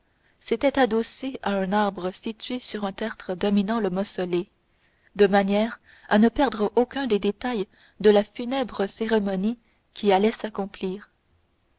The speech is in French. s'était adossé à un arbre situé sur un tertre dominant le mausolée de manière à ne perdre aucun des détails de la funèbre cérémonie qui allait s'accomplir